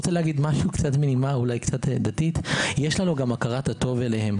בנימה קצת דתית אני אגיד שיש לנו הכרת הטוב אליהם.